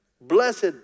Blessed